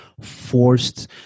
forced